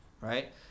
right